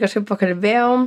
kažkaip pakalbėjom